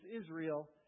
Israel